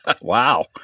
Wow